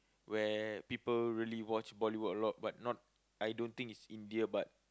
where people really watch Bollywood a lot but not I don't think it's India but